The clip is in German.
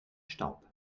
staub